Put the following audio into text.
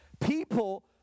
People